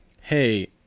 hey